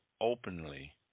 openly